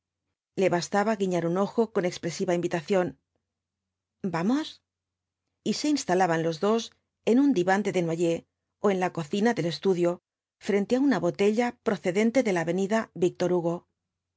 le bastaba guiñar un ojo con ex v blasoo ibáñbz presiva invitación vamos y se instalaban los dos en un diván de desnoyers ó en la cocina del estudio frente á una botella procedente de la avenida víctor hugo